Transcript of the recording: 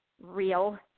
real